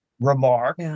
remark